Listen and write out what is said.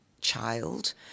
child